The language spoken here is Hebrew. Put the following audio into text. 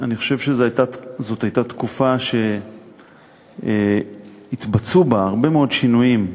ואני חושב שזאת הייתה תקופה שהתבצעו בה הרבה מאוד שינויים,